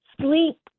sleep